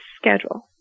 schedule